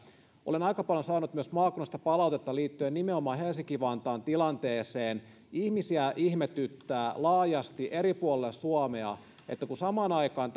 olen aika paljon saanut myös maakunnasta palautetta liittyen nimenomaan helsinki vantaan tilanteeseen ihmisiä ihmetyttää laajasti eri puolilla suomea että samaan aikaan